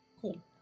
Cool